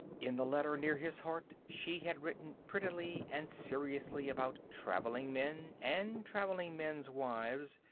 in the letter near his heart she had written prettily and seriously about traveling men, and traveling men's wives,